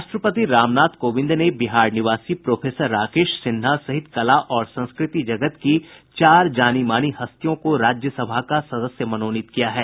राष्ट्रपति रामनाथ कोविंद ने बिहार निवासी प्रोफेसर राकेश सिन्हा सहित कला और संस्कृति जगत की चार जानीमानी हस्तियों को राज्यसभा का सदस्य मनोनीत किया है